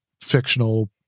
fictional